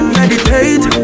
meditate